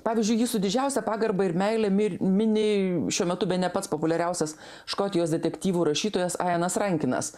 pavyzdžiui jį su didžiausia pagarba ir meilė mir mini šiuo metu bene pats populiariausias škotijos detektyvų rašytojas aenas rankinas